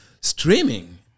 streaming